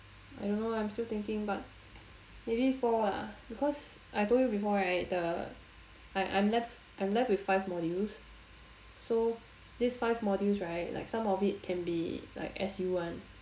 I don't know leh I'm still thinking but maybe four ah because I told you before right the I~ I'm left with I'm left with five modules so these five modules right like some of it can be like S U [one]